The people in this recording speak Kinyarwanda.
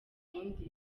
undi